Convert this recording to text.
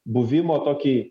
buvimo tokį